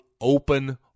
open